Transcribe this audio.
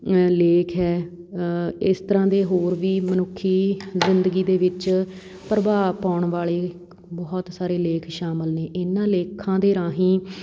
ਲੇਖ ਹੈ ਇਸ ਤਰ੍ਹਾਂ ਦੇ ਹੋਰ ਵੀ ਮਨੁੱਖੀ ਜ਼ਿੰਦਗੀ ਦੇ ਵਿੱਚ ਪ੍ਰਭਾਵ ਪਾਉਣ ਵਾਲੇ ਬਹੁਤ ਸਾਰੇ ਲੇਖ ਸ਼ਾਮਿਲ ਨੇ ਇਹਨਾਂ ਲੇਖਾਂ ਦੇ ਰਾਹੀਂ